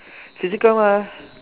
physical mah